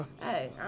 Hey